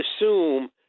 assume